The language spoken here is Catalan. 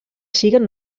siguen